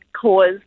cause